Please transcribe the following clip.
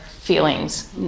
feelings